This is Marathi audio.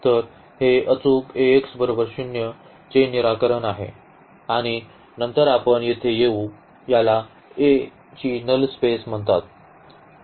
तर हे अचूक चे निराकरण आहे आणि नंतर आपण येथे येऊ याला a ची नल स्पेस म्हणतात